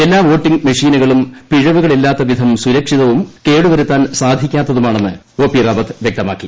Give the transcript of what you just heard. എല്ലാ വോട്ടിംഗ് മെഷീനുകളും പിഴവുകളില്ലാത്ത വിധം സുരക്ഷിതവും കേടുവരുത്താൻ സാധിക്കാത്തതുമാണെന്ന് വൃക്തമാക്കി